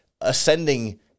ascending